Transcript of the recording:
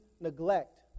neglect